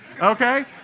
Okay